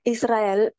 Israel